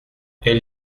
elle